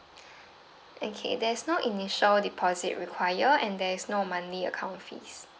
okay there's no initial deposit require and there is no monthly account fees